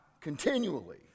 continually